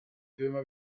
firma